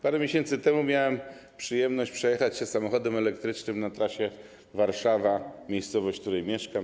Parę miesięcy temu miałem przyjemność przejechać się samochodem elektrycznym na trasie z Warszawy do miejscowości, w której mieszkam.